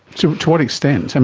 so to what extent? and